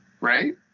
right